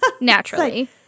naturally